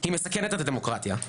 היא מסכנת את הדמוקרטיה,